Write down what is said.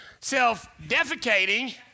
Self-defecating